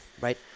right